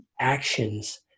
actions